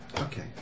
Okay